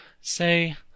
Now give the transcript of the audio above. say